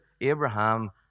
Abraham